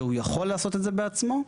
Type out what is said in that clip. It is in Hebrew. שהוא יכול לעשות את זה בעצמו.